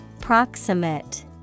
Proximate